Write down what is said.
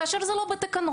כאשר זה לא בתקנות.